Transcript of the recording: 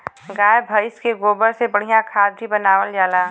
गाय भइस के गोबर से बढ़िया खाद भी बनावल जाला